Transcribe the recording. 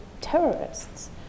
terrorists